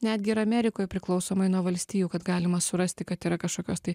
netgi ir amerikoj priklausomai nuo valstijų kad galima surasti kad yra kažkokios tai